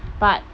but